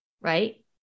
right